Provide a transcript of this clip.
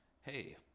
hey